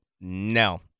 no